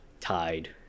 tied